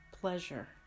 pleasure